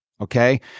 Okay